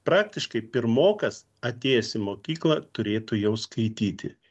praktiškai pirmokas atėjęs į mokyklą turėtų jau skaityti